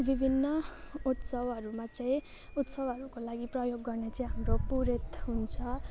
विभिन्न उत्सवहरूमा चाहिँ उत्सवहरूको लागि प्रयोग गर्ने चाहिँ हाम्रो पुरोहित हुन्छ